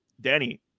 Danny